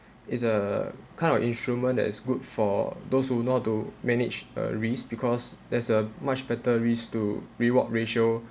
it's a kind of instrument that is good for those who know how to manage uh risk because there's a much better risk to reward ratio